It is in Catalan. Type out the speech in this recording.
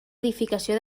edificació